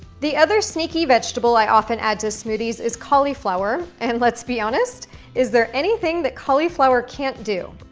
the other sneaky vegetable i often add to smoothies is cauliflower and let's be honest is there anything that cauliflower can't do?